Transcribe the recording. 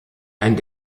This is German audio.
einen